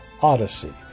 Odyssey